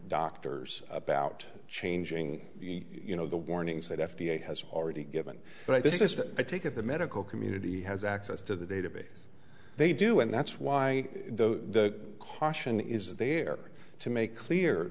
doctors about changing you know the warnings that f d a has already given but this is i take it the medical community has access to the database they do and that's why the caution is there to make clear